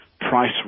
price